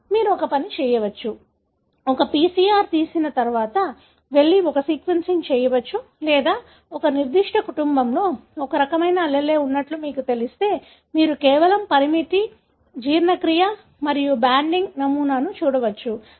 కాబట్టి మీరు ఒక పని చేయవచ్చు ఒక PCR తీసిన తర్వాత మీరు వెళ్లి ఒక సీక్వెన్సింగ్ చేయవచ్చు లేదా ఒక నిర్దిష్ట కుటుంబంలో ఒక రకమైన allele లు ఉన్నట్లు మీకు తెలిస్తే మీరు కేవలం పరిమితి జీర్ణక్రియ మరియు బ్యాండింగ్ నమూనాను చూడవచ్చు